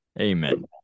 Amen